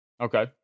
Okay